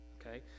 Okay